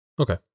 Okay